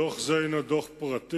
דוח זה הינו דוח פרטי